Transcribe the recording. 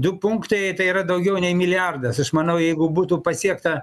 du punktai tai yra daugiau nei milijardas aš manau jeigu būtų pasiekta